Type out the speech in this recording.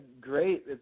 great